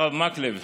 הרב מקלב,